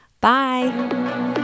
Bye